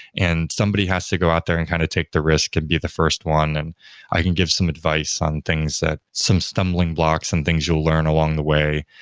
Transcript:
and somebody has to go out there and kind of take the risk and be the first one i can give some advice on things that some stumbling blocks and things you'll learn along the way.